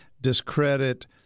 discredit